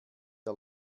der